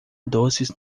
doces